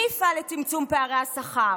מי יפעל לצמצום פערי השכר?